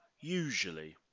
Usually